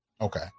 okay